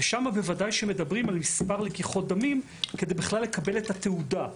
ושם בוודאי שמדברים על מספר לקיחות דמים כדי בכלל לקבל את התעודה.